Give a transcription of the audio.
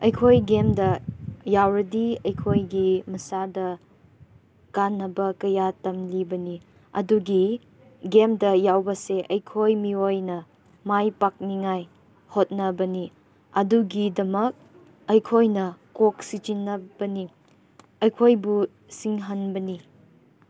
ꯑꯩꯈꯣꯏ ꯒꯦꯝꯗ ꯌꯥꯎꯔꯗꯤ ꯑꯩꯈꯣꯏꯒꯤ ꯃꯁꯥꯗ ꯀꯥꯟꯅꯕ ꯀꯌꯥ ꯇꯝꯂꯤꯕꯅꯤ ꯑꯗꯨꯒꯤ ꯒꯦꯝꯗ ꯌꯥꯎꯕꯁꯦ ꯑꯩꯈꯣꯏ ꯃꯤꯑꯣꯏꯅ ꯃꯥꯏ ꯄꯥꯛꯅꯤꯡꯉꯥꯏ ꯍꯣꯠꯅꯕꯅꯤ ꯑꯗꯨꯒꯤꯗꯃꯛ ꯑꯩꯈꯣꯏꯅ ꯀꯣꯛ ꯁꯤꯖꯤꯟꯅꯕꯅꯤ ꯑꯩꯈꯣꯏꯕꯨ ꯁꯤꯡꯍꯟꯕꯅꯤ